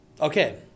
Okay